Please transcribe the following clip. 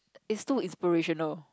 is too inspirational